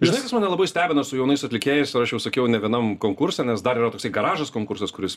žinai kas mane labai stebina su jaunais atlikėjais ir aš jau sakiau ne vienam konkurse nes dar yra toksai garažas konkursas kuris